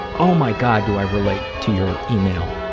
oh my god, do i relate to your email.